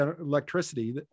electricity